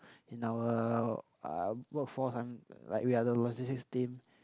in our um workforce um like we are the logistics team